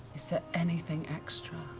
is there anything extra?